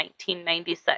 1996